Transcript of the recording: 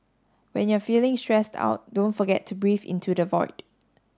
when you are feeling stressed out don't forget to breathe into the void